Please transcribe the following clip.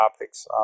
topics